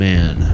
Man